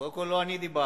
קודם כול, לא אני דיברתי.